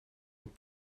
een